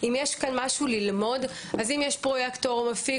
אם יש כאן משהו ללמוד אז אם יש פרויקטור או מפיק